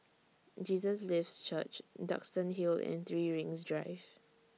Jesus Lives Church Duxton Hill and three Rings Drive